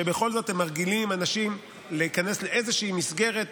הן מרגילות אנשים להיכנס לאיזושהי מסגרת,